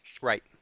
Right